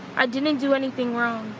i didn't didn't do anything wrong.